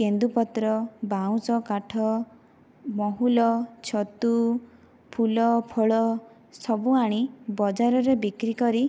କେନ୍ଦୁପତ୍ର ବାଉଁଶ କାଠ ମହୁଲ ଛତୁ ଫୁଲ ଫଳ ସବୁ ଆଣି ବଜାରରେ ବିକ୍ରି କରି